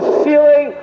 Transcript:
ceiling